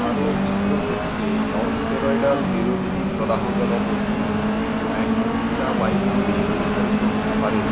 আরও তীব্র ক্ষেত্রে ননস্টেরয়ডাল বিরোধী প্রদাহজনক ওষুধ ও অ্যান্টিহিস্টামাইনগুলি নির্ধারিত হতে পারে